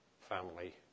family